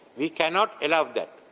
we cannot allow that.